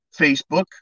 Facebook